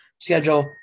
schedule